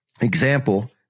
example